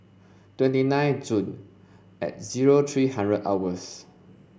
twenty nine June and zero three hundred hours